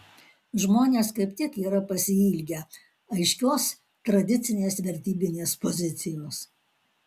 žmonės kaip tik yra pasiilgę aiškios tradicinės vertybinės pozicijos